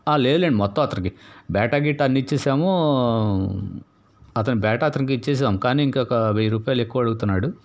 లేదులెండి మొత్తం అతనికి బేటా గిటా అన్ని ఇచ్చేసాము అతని బేటా అతనికి ఇచ్చేసాము కానీ ఇంకొక వెయ్యి రూపాయలు ఎక్కువ అడుగుతున్నాడు